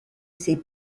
ces